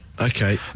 Okay